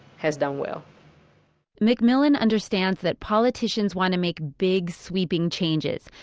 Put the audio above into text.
has done well mcmillian understands that politicians want to make big sweeping changes.